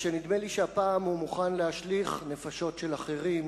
רק שנדמה לי שהפעם הוא מוכן להשליך נפשות של אחרים,